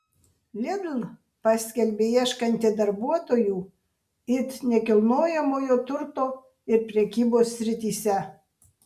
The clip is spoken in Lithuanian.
lidl paskelbė ieškanti darbuotojų it nekilnojamojo turto ir prekybos srityse